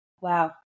Wow